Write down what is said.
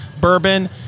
bourbon